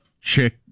chick